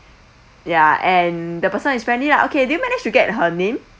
ya and the person is friendly lah okay did you manage to get her name